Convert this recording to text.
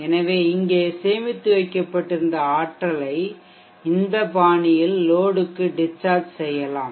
எனவே இங்கே சேமித்து வைக்கப்பட்டிருந்த ஆற்றலை இந்த பாணியில் லோடுக்கு டிஷ்சார்ஜ் செய்யயலாம்